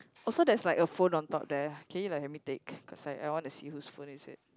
also there's like a phone on top there can you like help me take cause I I want to see whose phone is it